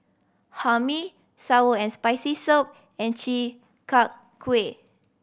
Hae Mee sour and Spicy Soup and Chi Kak Kuih